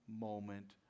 moment